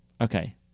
okay